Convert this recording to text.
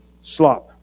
slop